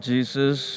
Jesus